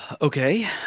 okay